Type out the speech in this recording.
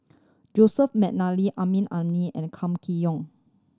Joseph McNally Amrin Amin and Kam Kee Yong